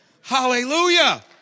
Hallelujah